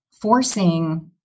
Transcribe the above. forcing